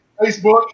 Facebook